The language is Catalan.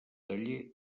taller